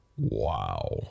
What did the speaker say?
Wow